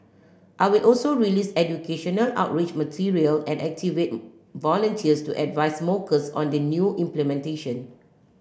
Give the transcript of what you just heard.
I will also release educational outreach material and activate volunteers to advise smokers on the new implementation